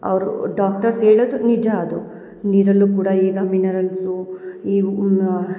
ಅವರು ಡಾಕ್ಟರ್ಸ್ ಹೇಳೋದು ನಿಜ ಅದು ನೀರಲ್ಲು ಕೂಡ ಈಗ ಮಿನರಲ್ಸು